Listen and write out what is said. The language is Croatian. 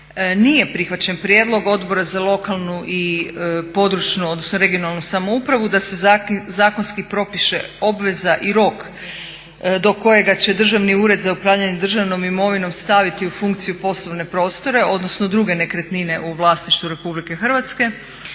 Nije prihvaćen prijedlog Odbora za lokalnu i područnu (regionalnu) samoupravu da se zakonski propiše obveza i rok do kojega će Državni ured za upravljanje državnom imovinom staviti u funkciju poslovne prostore odnosno druge nekretnine u vlasništvu RH. Naime,